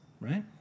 right